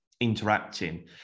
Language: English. interacting